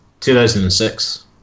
2006